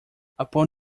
upon